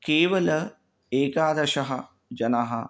केवलम् एकादशः जनाः